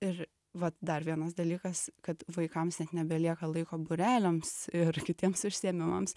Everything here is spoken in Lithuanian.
ir vat dar vienas dalykas kad vaikams net nebelieka laiko būreliams ir kitiems užsiėmimams